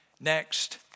Next